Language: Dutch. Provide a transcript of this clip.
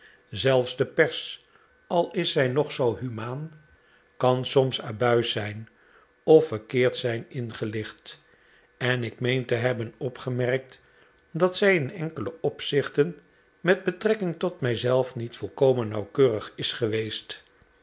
zelfs de pers al is zij nog zoo humaan kan soms abuis zijn of verkeerd zijn ingelicht en ik meen te hebben opgemerkt dat zij in enkele opzichten met betrekking tot mij zelf niet volkomen nauwkeurig is geweest